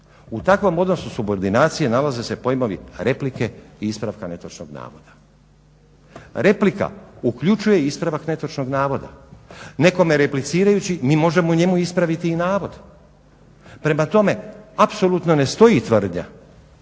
U takvom odnosu subordinacije nalaze se pojmovi replike i ispravka netočnog navoda. Replika uključuje i ispravak netočnog navoda. Nekome replicirajući mi možemo njemu ispraviti i navod. Prema tome apsolutno ne stoji tvrdnja,